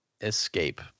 escape